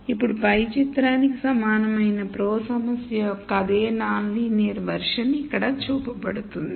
ఇప్పుడు పై చిత్రానికి సమానమైన ప్రో సమస్య యొక్క అదే నాన్ లీనియర్ వెర్షన్ ఇక్కడ చూపబడింది